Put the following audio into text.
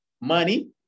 money